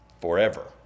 forever